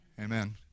Amen